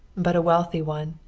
but a wealthy one.